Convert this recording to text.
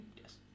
Yes